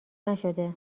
نشده